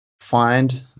Find